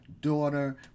daughter